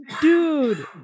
dude